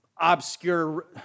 obscure